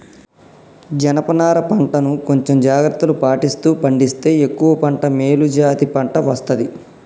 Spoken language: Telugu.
జనప నారా పంట ను కొంచెం జాగ్రత్తలు పాటిస్తూ పండిస్తే ఎక్కువ పంట మేలు జాతి పంట వస్తది